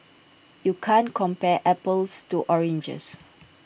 you can't compare apples to oranges